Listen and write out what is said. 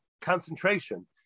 concentration